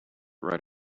right